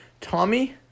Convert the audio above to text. Tommy